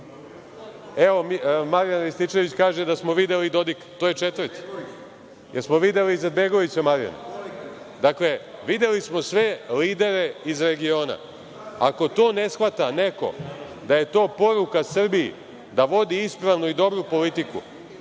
Evo, Marijan Rističević kaže da smo videli Dodika. To je četvrti. Jesmo li videli Izetbegovića, Marijane? Dakle, videli smo sve lidere iz regiona. Ako to ne shvata neko da je to poruka Srbiji da vodi ispravnu i dobru politiku,